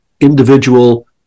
individual